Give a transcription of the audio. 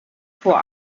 vor